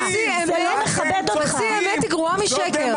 חצי אמת היא גרועה משקר.